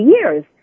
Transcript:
years